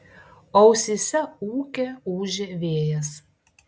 ausyse ūkė ūžė vėjas